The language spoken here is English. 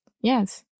Yes